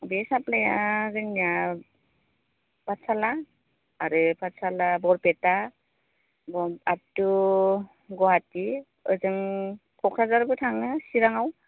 बे साप्लाया जोंनिया पाठसाला आरो पाठसाला बरपेटा आप टु गुवाहाटि ओजों क'क्राझारबो थाङो चिराङाव